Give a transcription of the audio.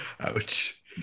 ouch